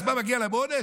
אז מה, מגיע להן עונש?